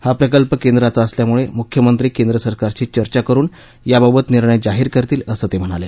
हा प्रकल्प केंद्राचा असल्यामुळे मुख्यमंत्री केंद्रसरकारशी चर्चा करुन याबाबत निर्णय जाहीर करतील असंही ते म्हणाले